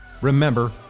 Remember